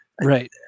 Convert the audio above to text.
Right